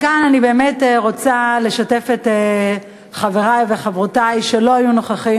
כאן אני רוצה לשתף את חברי וחברותי שלא נכחו